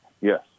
Yes